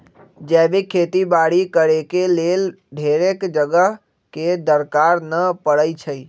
जैविक खेती बाड़ी करेके लेल ढेरेक जगह के दरकार न पड़इ छइ